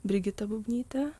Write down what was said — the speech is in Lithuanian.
brigita bubnytė